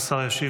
השר ישיב